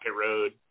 road